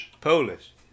Polish